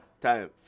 time